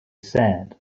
said